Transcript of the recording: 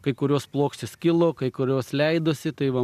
kai kurios plokštės kilo kai kurios leidosi tai va